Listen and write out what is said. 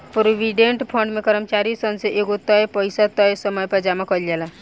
provident fund में कर्मचारी सन से एगो तय पइसा तय समय पर जामा कईल जाला